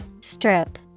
Strip